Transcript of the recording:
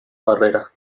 barrera